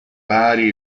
pari